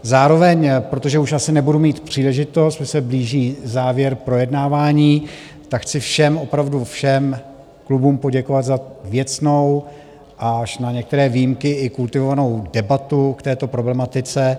Zároveň, protože už asi nebudu mít příležitost, blíží se závěr projednávání, tak chci všem, ale opravdu všem klubům poděkovat za věcnou a až na některé výjimky i kultivovanou debatu k této problematice.